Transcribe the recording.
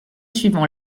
suivant